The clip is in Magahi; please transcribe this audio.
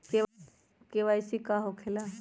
के.वाई.सी का हो के ला?